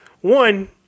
one